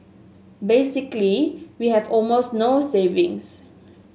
basically we have almost no savings